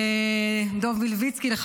לחנוך דב מלביצקי,